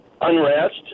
unrest